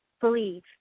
believe